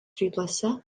rytuose